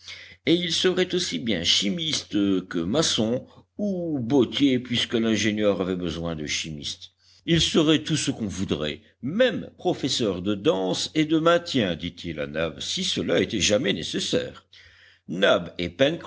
et il serait aussi bien chimiste que maçon ou bottier puisque l'ingénieur avait besoin de chimistes il serait tout ce qu'on voudrait même professeur de danse et de maintien dit-il à nab si cela était jamais nécessaire nab